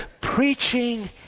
Preaching